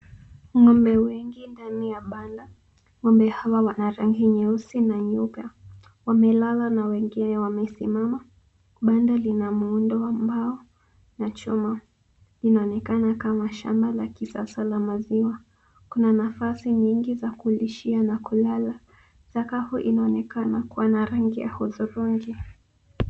Ng'ombe wengi ndani ya banda, ng'ombe hawa wana rangi nyeusi na nyeupe, wamelala na wengi yao wamesimama, banda lina muundo wa mbao na chuma, linaonekana kama shamba la kisasa la maziwa, kuna nafasi nyingi za kulishia na kulala, sakafu inaonekana kuwa na rangi ya hudhrungi.